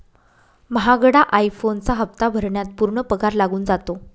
महागडा आई फोनचा हप्ता भरण्यात पूर्ण पगार लागून जातो